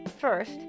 First